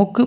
मुख्य